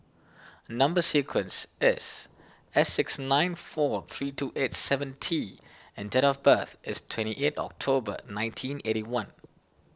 Number Sequence is S six nine four three two eight seven T and date of birth is twenty eighth October nineteen eighty one